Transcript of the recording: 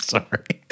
Sorry